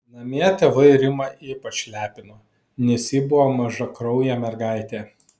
namie tėvai rimą ypač lepino nes ji buvo mažakraujė mergaitė